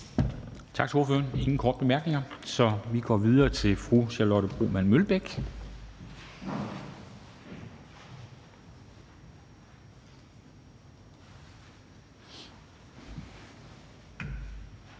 Der er ingen korte bemærkninger, så vi går videre til fru Charlotte Broman Mølbæk,